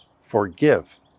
forgive